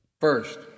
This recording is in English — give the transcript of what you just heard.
First